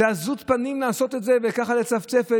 זו עזות פנים לעשות את זה, וככה לצפצף.